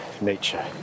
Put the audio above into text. nature